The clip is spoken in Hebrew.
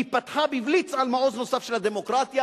היא פתחה בבליץ על מעוז נוסף של הדמוקרטיה,